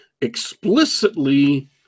explicitly